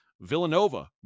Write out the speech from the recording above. Villanova